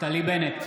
נפתלי בנט,